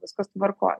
viskas tvarkoj